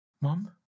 Mom